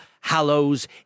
Hallows